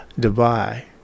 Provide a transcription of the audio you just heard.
Dubai